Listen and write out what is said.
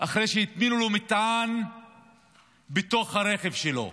אחרי שהטמינו לו מטען בתוך הרכב שלו.